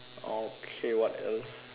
okay what else